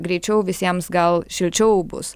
greičiau visiems gal šilčiau bus